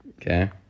Okay